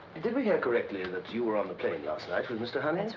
did we hear correctly and that you were on the plane last night with mr. honey? that's